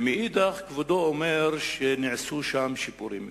ומאידך, כבודו אומר שנעשו שם שיפורים.